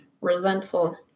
resentful